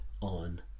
on